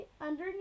underneath